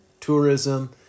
tourism